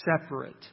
separate